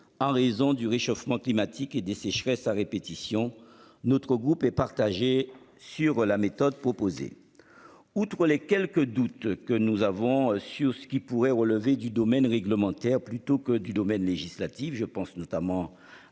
en raison du réchauffement climatique et des sécheresses à répétition. Notre groupe est partagé sur la méthode proposée. Outre les quelques doutes que nous avons sur ce qui pourrait relever du domaine réglementaire plutôt que du domaine législatif, je pense notamment à la création